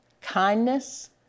kindness